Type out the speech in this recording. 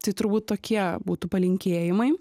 tai turbūt tokie būtų palinkėjimai